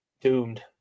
doomed